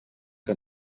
que